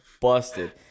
busted